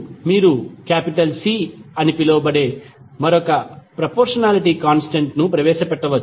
ఇప్పుడు మీరు C అని పిలువబడే మరొక ప్రపొర్షనాలిటీ కాంస్టెంట్ ను ప్రవేశపెట్టవచ్చు